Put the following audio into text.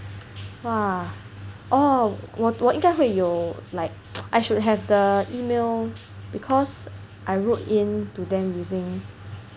!wah! orh 我应该会有 like I should have the email because I wrote in to them using